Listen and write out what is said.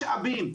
משאבים.